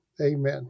amen